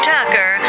Tucker